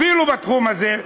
אפילו בתחום הזה,